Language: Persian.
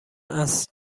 است